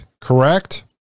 Correct